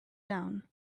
down